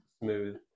Smooth